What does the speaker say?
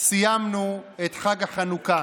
סיימנו את חג החנוכה.